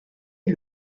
est